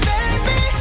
Baby